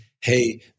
hey